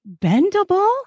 bendable